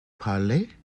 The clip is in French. parler